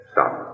Stop